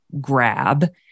grab